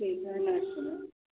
ठीक है नमस्ते मैम